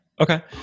Okay